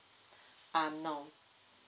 um no